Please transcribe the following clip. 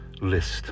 list